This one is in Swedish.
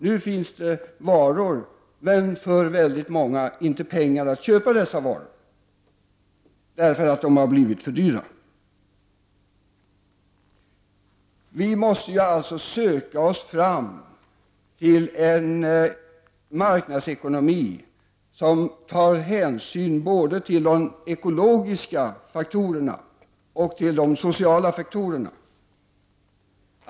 Nu finns det varor, men väldigt många har inte pengar att köpa dessa varor, eftersom de har blivit för dyra. Vi måste söka oss fram till en marknadseko nomi som tar hänsyn både till de ekologiska och sociala faktorerna.